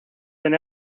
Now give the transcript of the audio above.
than